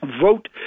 vote